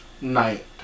night